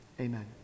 Amen